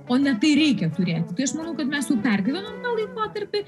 o ne tai reikia turėti tai aš manau kad mes jau pergyvenom laikotarpį